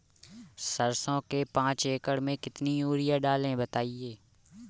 सरसो के पाँच एकड़ में कितनी यूरिया डालें बताएं?